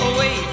Away